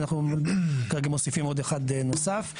אנחנו כרגע מוסיפים עוד אחד נוסף.